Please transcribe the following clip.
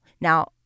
Now